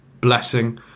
blessing